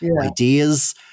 ideas